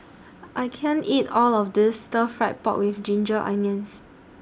I can't eat All of This Stir Fried Pork with Ginger Onions